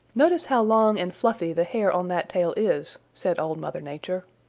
notice how long and fluffy the hair on that tail is, said old mother nature.